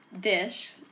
dish